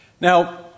Now